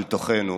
אל תוכנו,